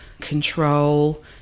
control